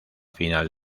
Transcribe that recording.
final